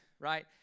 Right